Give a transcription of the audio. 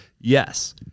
yes